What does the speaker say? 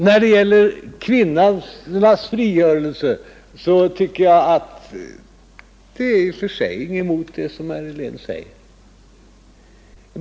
Jag har i och för sig ingenting emot det som herr Helén säger när det gäller kvinnornas frigörelse.